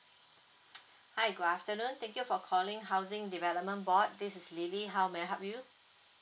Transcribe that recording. hi good afternoon thank you for calling housing development board this is lily how may I help you